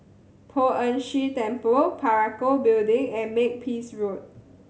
Poh Ern Shih Temple Parakou Building and Makepeace Road